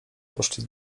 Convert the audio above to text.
poszli